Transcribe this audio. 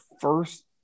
first